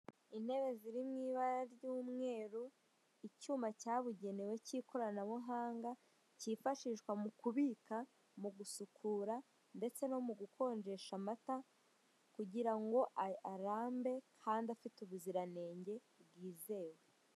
Intebe ziri mu ibara ry'umweru, icyuma cyabugenewe cy'ikoranabuhanga cyifashishwa mu kubika, mu gusukura ndetse no mu gukonjesha amata kugira ngo arambe kandi afite ubuziranenge bwizewe.